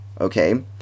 okay